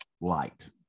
light